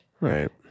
Right